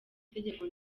itegeko